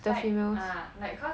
like ah like cause